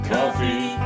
Coffee